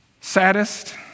saddest